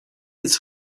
its